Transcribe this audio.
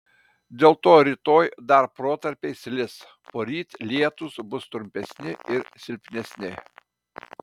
dėl to rytoj dar protarpiais lis poryt lietūs bus trumpesni ir silpnesni